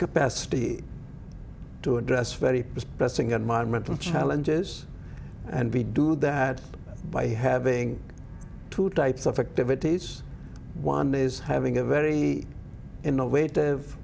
capacity to address very pressing and modern mental challenges and be do that by having two types of activities one is having a very innovative